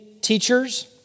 teachers